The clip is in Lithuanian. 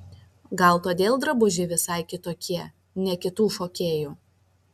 gal todėl drabužiai visai kitokie ne kitų šokėjų